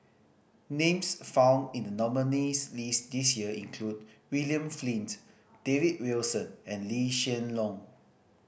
names found in the nominees' list this year include William Flint David Wilson and Lee Hsien Loong